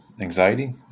anxiety